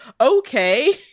Okay